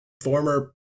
former